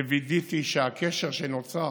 וידאתי שהקשר שנוצר,